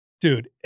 Dude